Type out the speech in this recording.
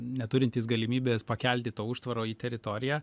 neturintys galimybės pakelti to užtvaro į teritoriją